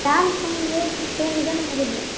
டான்ஸும் மியூசிக்கும் சேர்ந்துதான வருது